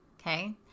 Okay